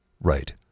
Right